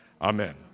Amen